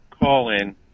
call-in